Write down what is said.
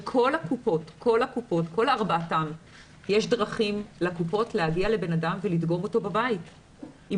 בכל ארבע קופות החולים יש דרכים להגיע לאדם ולדגום אותו בבית אם